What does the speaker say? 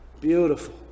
beautiful